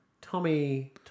Tommy